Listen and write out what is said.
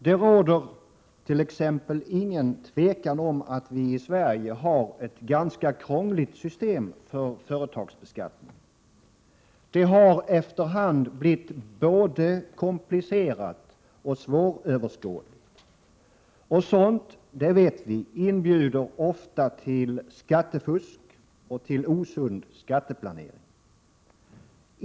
Det råder t.ex. inget tvivel om att vi i Sverige har ett ganska krångligt system för företagsbeskattning. Det har efter hand blivit både komplicerat och svåröverskådligt. Vi vet att sådant ofta inbjuder till skattefusk och osund skatteplanering.